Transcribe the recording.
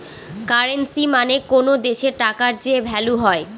currency মানে কোনো দেশের টাকার যে ভ্যালু হয়